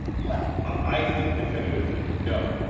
go. i think definitively no.